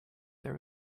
there